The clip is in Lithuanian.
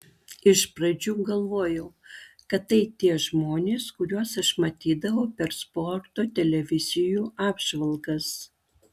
iš pradžių galvojau kad tai tie žmonės kuriuos aš matydavau per sporto televizijų apžvalgas